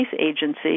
Agency